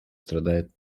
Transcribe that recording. страдает